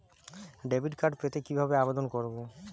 Debit card পেতে কিভাবে আবেদন করব?